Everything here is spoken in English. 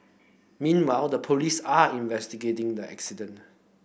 meanwhile the police are investigating the accident